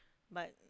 but